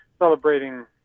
celebrating